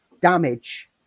damage